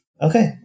Okay